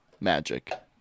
Magic